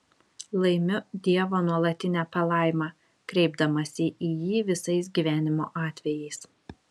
laimiu dievo nuolatinę palaimą kreipdamasi į jį visais gyvenimo atvejais